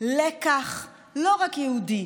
לקח לא רק יהודי